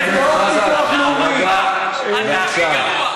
בטח, לשמוע את האמת.